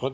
(V)